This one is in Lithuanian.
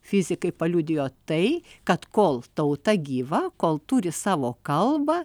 fizikai paliudijo tai kad kol tauta gyva kol turi savo kalbą